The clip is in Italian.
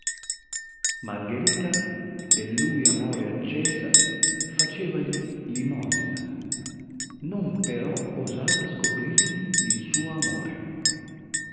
malgherita del lui amore accesa facevagli limosina non però osava scoprirgli il suo amore